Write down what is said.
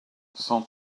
cent